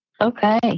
Okay